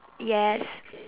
yes